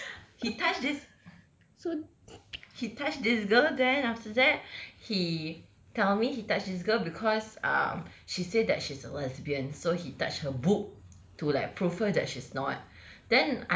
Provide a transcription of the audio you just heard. he touched this so he touched this girl then after that he tell me he touched this girl because um she said that she's a lesbian so he touched her boob to like prove her that she's not